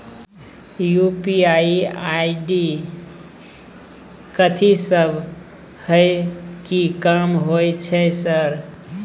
UPI ID कथि सब हय कि काम होय छय सर?